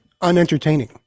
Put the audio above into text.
unentertaining